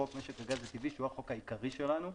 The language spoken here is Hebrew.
חוק משק הגז הטבעי שהוא החוק העיקרי שלנו,